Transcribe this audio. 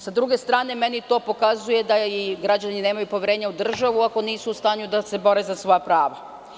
S druge strane, meni to pokazuje da i građani nemaju poverenja u državu ako nisu u stanju da se bore za svoja prava.